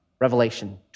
Revelation